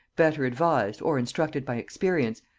better advised or instructed by experience,